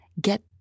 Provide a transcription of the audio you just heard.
get